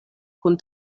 kun